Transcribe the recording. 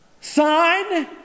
sign